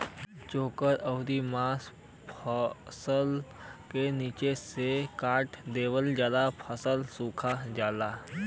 चेखुर अउर मुस फसल क निचे से काट देवेले जेसे फसल सुखा जाला